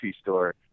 store